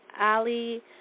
Ali